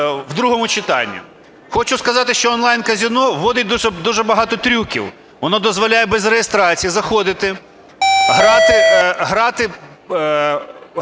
в другому читанні. Хочу сказати, що онлайн-казино вводить дуже багато трюків: воно дозволяє без реєстрації заходити, грати